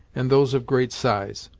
and those of great size.